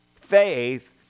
Faith